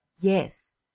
yes